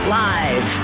live